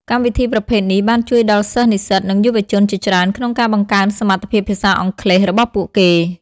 កម្មវិធីប្រភេទនេះបានជួយដល់សិស្សនិស្សិតនិងយុវជនជាច្រើនក្នុងការបង្កើនសមត្ថភាពភាសាអង់គ្លេសរបស់ពួកគេ។